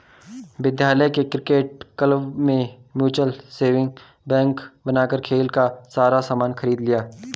विद्यालय के cricket club ने म्यूचल सेविंग बैंक बनाकर खेल का सारा सामान खरीद लिया